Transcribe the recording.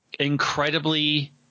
incredibly